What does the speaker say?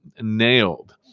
nailed